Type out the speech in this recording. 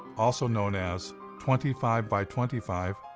also known as twenty five by twenty five,